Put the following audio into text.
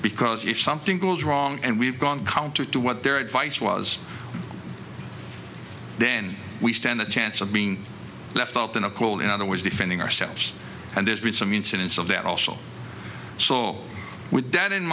because if something goes wrong and we've gone counter to what their advice was then we the chance of being left out in a call in other words defending ourselves and there's been some incidents of that also so with that in